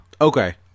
okay